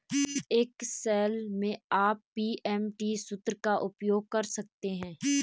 Excel में आप PMT सूत्र का उपयोग कर सकते हैं